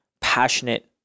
passionate